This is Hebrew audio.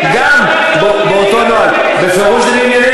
אבל כרגע לבוא ולשפוט במקום השופט ששפט אותה זה לא מתפקידנו.